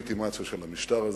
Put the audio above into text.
הדה-לגיטימציה של המשטר הזה